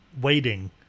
waiting